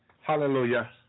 hallelujah